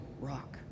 rock